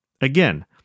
Again